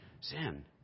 sin